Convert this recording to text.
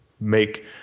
make